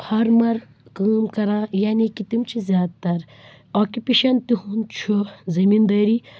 farmer کٲم کران یعنی کہ تِم چھِ زیادٕ تَر آکِپیشَن تِہُنٛد چھُ زٔمیٖن دٲری